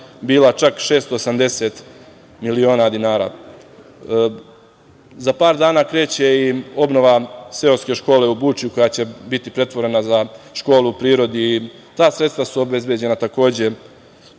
bila čak 680 miliona dinara. Za par dana kreće i obnova seoske škole u Bučju, koja će biti pretvorena za školu u prirodi i ta sredstva su obezbeđena takođe